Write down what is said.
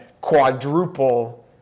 quadruple